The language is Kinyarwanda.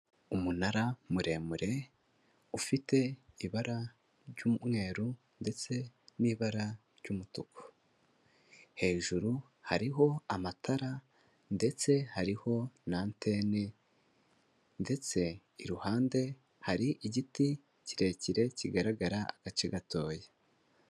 Umunara muremure ufite ibara ry'umweru ndetse n'ibara ry'umutuku, hejuru hariho amatara ndetse hariho na antene ndetse iruhande hari igiti kirekire kigaragara agace gatoya.